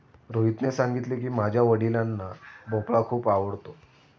रोहितने सांगितले की, माझ्या वडिलांना भोपळा खूप आवडतो